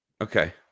Okay